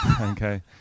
Okay